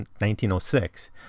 1906